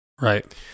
Right